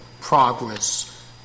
progress